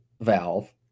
valve